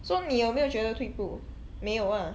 so 你有没有觉得退步没有 ah